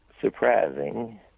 surprising